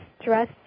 stress